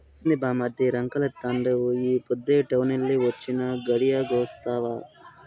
ఏంది బామ్మర్ది రంకెలేత్తండావు ఈ పొద్దే టౌనెల్లి వొచ్చినా, గడియాగొస్తావా